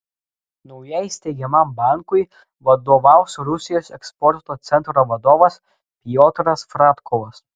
naujai steigiamam bankui vadovaus rusijos eksporto centro vadovas piotras fradkovas